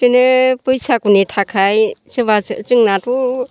बिदिनो बैसागुनि थाखाय सोरबा जोंनाथ'